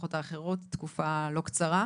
המשפחות האחרות במשך תקופה לא קצרה.